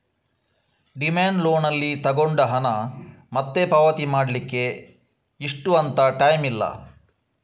demand loan ಅಲ್ಲಿ ತಗೊಂಡ ಹಣ ಮತ್ತೆ ಪಾವತಿ ಮಾಡ್ಲಿಕ್ಕೆ ಇಷ್ಟು ಅಂತ ಟೈಮ್ ಇಲ್ಲ